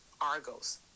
argos